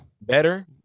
better